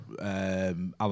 Alan